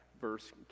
verse